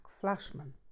Flashman